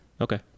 Okay